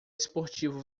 esportivo